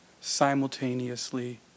simultaneously